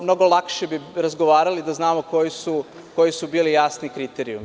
Mnogo lakše bi razgovarali da znamo koji su bili kriterijumi.